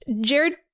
jared